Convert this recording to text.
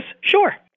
Sure